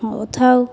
ହଉ ଥାଉ